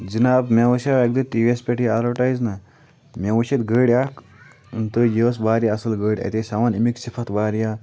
جِناب مےٚ وٕچھاو اَکہِ دۄہ ٹی وی یَس پٮ۪ٹھ یہِ ایڈوَرٹیز نَہ مےٚ وٕچھ اَتہِ گٔر اَکھ تہٕ یہِ ٲس واریاہ اَصٕل گٔر اَتہِ ٲسۍ ہاوان اَمِکۍ صِفت واریاہ